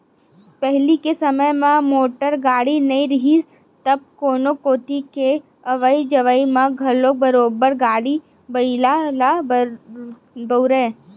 पहिली के समे म मोटर गाड़ी नइ रिहिस तब कोनो कोती के अवई जवई म घलो बरोबर गाड़ा बइला ल बउरय